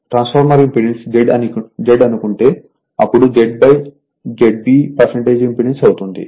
transformer impedance Z అని అనుకుంటే అప్పుడు Z ZB ఇంపెడెన్స్ అవుతుంది